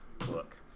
look